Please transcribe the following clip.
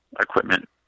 equipment